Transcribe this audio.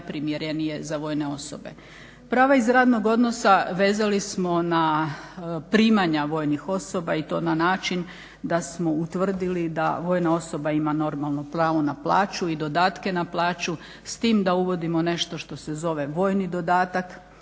najprimjerenije za vojne osobe. Prava iz radnog odnosa vezali smo na primanja vojnih osoba i to na način da smo utvrdili da vojna osoba ima normalno pravo na plaću i dodatke na plaću s tim da uvodimo nešto što se zove vojni dodatak